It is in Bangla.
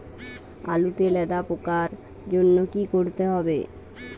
আলুতে লেদা পোকার জন্য কি করতে হবে?